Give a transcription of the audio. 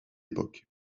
époque